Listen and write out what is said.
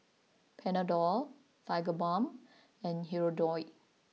Panadol Tigerbalm and Hirudoid